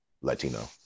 Latino